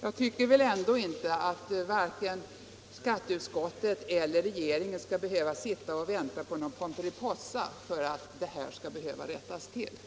Jag tycker ändå inte att vare sig skatteutskottet eller regeringen skall behöva sitta och vänta på någon Pomperipossa för att detta skall rättas till.